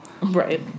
Right